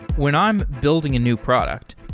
when i'm building a new product,